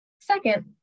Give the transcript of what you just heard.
Second